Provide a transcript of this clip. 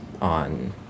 on